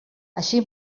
així